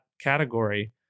category